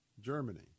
Germany